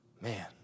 Man